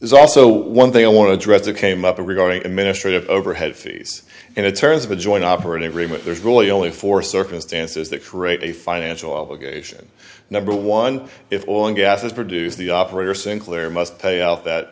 there's also one thing i want to address that came up regarding administrative overhead fees and it turns of a joint operating agreement there's really only four circumstances that create a financial obligation number one if oil and gas is produced the operator sinclair must pay out that